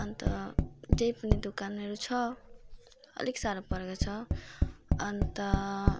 अन्त त्यही पनि दोकानहरू छ अलिक साह्रो परेको छ अन्त